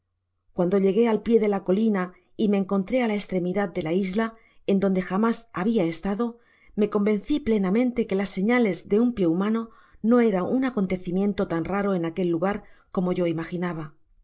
cuando llegué al pié de la colina y me encoateé á la estremidad de la isla en donde jamás habia estado me convencí plenamente que las señales de un pié humano bo era un acontecimiento tan raro en aquel lugar como yo imaginaba y